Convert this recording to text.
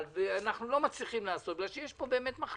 ואנחנו לא מצליחים לעשות בגלל שיש מחלוקת,